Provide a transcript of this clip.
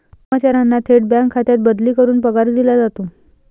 कर्मचाऱ्यांना थेट बँक खात्यात बदली करून पगार दिला जातो